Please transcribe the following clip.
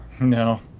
No